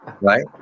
right